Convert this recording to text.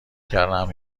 کردهام